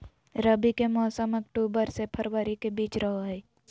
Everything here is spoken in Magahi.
रबी के मौसम अक्टूबर से फरवरी के बीच रहो हइ